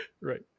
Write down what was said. Right